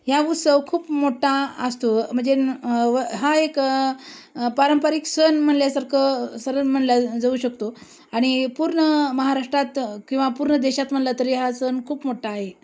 ह्या उत्सव खूप मोठा असतो म्हणजे हा एक पारंपरिक सण म्हटल्यासारखं सण म्हटल्या जाऊ शकतो आणि पूर्ण महाराष्ट्रात किंवा पूर्ण देशात म्हटला तरी हा सण खूप मोठा आहे